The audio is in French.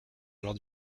lors